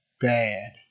bad